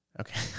Okay